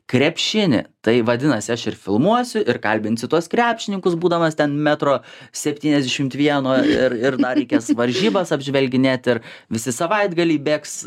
krepšinį tai vadinasi aš ir filmuosiu ir kalbinsiu tuos krepšininkus būdamas ten metro septyniasdešimt vieno ir ir dar reikės varžybas apžvelginėti ir visi savaitgaliai bėgs